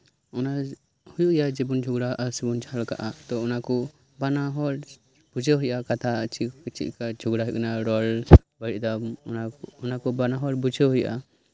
ᱚᱱᱟ ᱦᱩᱭᱩᱜ ᱜᱮᱭᱟ ᱡᱷᱚᱜᱽᱲᱟᱜ ᱟ ᱥᱮ ᱵᱚᱱ ᱡᱟᱸᱦᱟ ᱞᱮᱠᱟᱜᱼᱟ ᱚᱱᱟ ᱠᱚ ᱵᱟᱱᱟᱦᱚᱲ ᱵᱩᱡᱷᱟᱹᱣ ᱦᱩᱭᱩᱜᱼᱟ ᱠᱟᱛᱷᱟ ᱪᱮᱫ ᱞᱮᱠᱟ ᱡᱷᱚᱜᱽᱲᱟ ᱦᱩᱭᱩᱜ ᱠᱟᱱᱟ ᱨᱚᱲ ᱵᱟᱹᱲᱤᱡ ᱫᱟᱢ ᱚᱱᱟ ᱠᱚ ᱵᱟᱱᱟᱦᱚᱲ ᱵᱩᱡᱷᱟᱹᱣ ᱦᱩᱭᱩᱜᱼᱟ